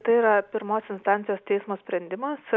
tai yra pirmos instancijos teismo sprendimas